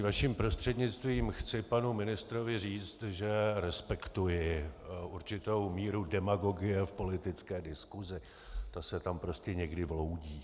Vaším prostřednictvím chci panu ministrovi říct, že respektuji určitou míru demagogie v politické diskusi, to se tam prostě někdy vloudí.